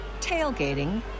tailgating